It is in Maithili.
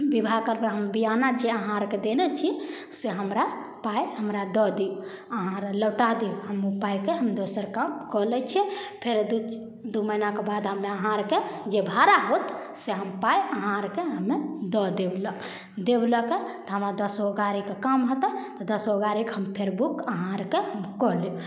हम विवाह करबै हम बियाना जे अहाँ आरके देने छी से हमरा पाइ हमरा दऽ दिउ अहाँ आर लौटा दिउ हम ओ पाइके हम दोसर काम कऽ लै छियै फेर दू दू महीना कऽ बाद हमे अहाँ आरके जे भाड़ा होत से हम पाइ अहाँ आरके हमे दऽ देब लऽक देब लऽ कऽ तऽ हमर दसगो गाड़ी के काम होतै तऽ दसगो गाड़ी फेर बुक हम अहाँ आर कऽ बुक कऽ लेब